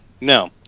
no